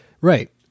Right